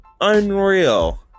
Unreal